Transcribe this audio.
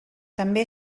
també